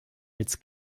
als